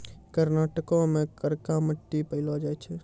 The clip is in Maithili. कर्नाटको मे करका मट्टी पायलो जाय छै